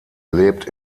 lebt